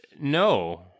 No